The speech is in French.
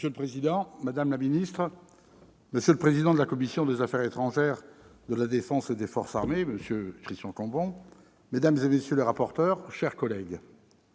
Monsieur le président, madame la ministre, monsieur le président de la commission des affaires étrangères, de la défense et des forces armées, monsieur Christian Cambon, mesdames, messieurs les rapporteurs, mes chers collègues,